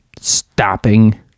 Stopping